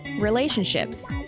Relationships